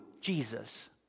Jesus